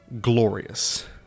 Glorious